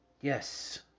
Yes